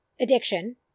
Addiction